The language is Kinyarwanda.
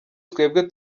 twebwe